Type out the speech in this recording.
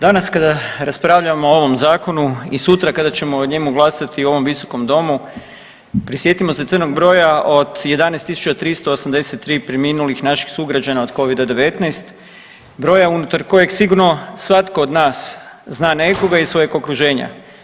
Danas kada raspravljamo o ovom zakonu i sutra kada ćemo o njemu glasati u ovom visokom domu prisjetimo se crnog broja od 11.383 preminulih naših sugrađana od Covida-19, broja unutar kojeg sigurno svatko od nas zna nekoga iz svojeg okruženja.